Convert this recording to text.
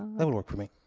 that'll work for me.